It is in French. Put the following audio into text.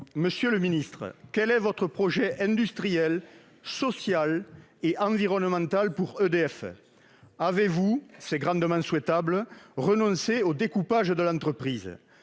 Monsieur le ministre, quel est votre projet industriel, social et environnemental pour EDF ? Avez-vous renoncé au découpage de l'entreprise,